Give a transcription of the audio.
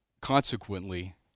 consequently